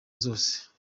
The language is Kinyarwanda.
zose